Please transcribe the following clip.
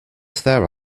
there